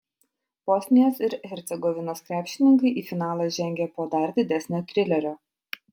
bosnijos ir hercegovinos krepšininkai į finalą žengė po dar didesnio trilerio